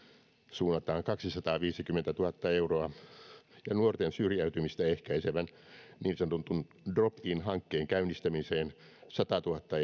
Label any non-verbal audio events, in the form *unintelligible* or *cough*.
suunnataan kaksisataaviisikymmentätuhatta euroa ja nuorten syrjäytymistä ehkäisevän niin sanotun drop in hankkeen käynnistämiseen satatuhatta *unintelligible*